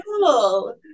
cool